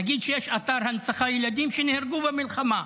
נגיד שיש אתר הנצחה לילדים שנהרגו במלחמה,